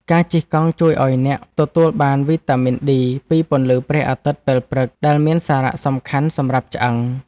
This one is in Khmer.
ការជិះកង់ជួយឱ្យអ្នកទទួលបានវីតាមីនឌី ពីពន្លឺព្រះអាទិត្យពេលព្រឹក ដែលមានសារៈសំខាន់សម្រាប់ឆ្អឹង។